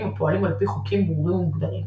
הפועלים על פי חוקים ברורים ומוגדרים,